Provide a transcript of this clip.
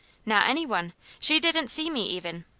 not any one. she didn't see me, even.